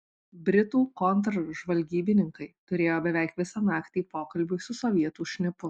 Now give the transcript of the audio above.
britų kontržvalgybininkai turėjo beveik visą naktį pokalbiui su sovietų šnipu